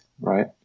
right